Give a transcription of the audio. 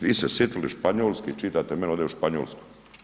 Vi se sjetili Španjolske i čitate meni ovde o Španjolskoj.